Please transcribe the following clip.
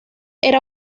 era